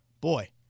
Boy